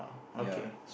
ya